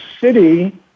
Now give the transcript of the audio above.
city